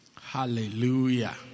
Hallelujah